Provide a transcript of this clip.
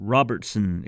Robertson